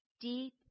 deep